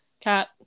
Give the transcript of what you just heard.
cat